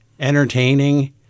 entertaining